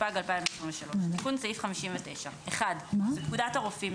התשפ"ג 2023. תיקון סעיף 59.1. בפקודת הרופאים ,